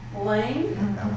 Lane